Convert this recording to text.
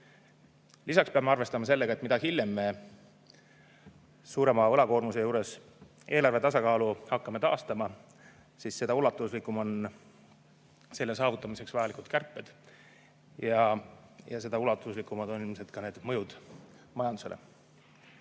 Lisaks peame arvestama sellega, et mida hiljem me suurema võlakoormuse juures eelarve tasakaalu hakkame taastama, seda ulatuslikumad on selle saavutamiseks vajalikud kärped ja seda ulatuslikum on ilmselt ka mõju majandusele.